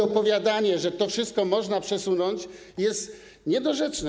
Opowiadanie, że to wszystko można przesunąć, jest niedorzeczne.